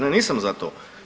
Ne nisam za to.